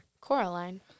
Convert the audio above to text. Coraline